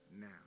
now